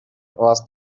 was